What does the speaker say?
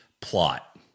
plot